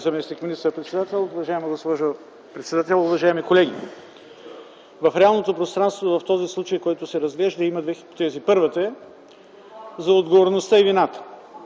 уважаема госпожо председател, уважаеми колеги! В реалното пространство в този случай, който се разглежда, има две хипотези. Първата е за отговорността и вината.